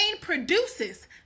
produces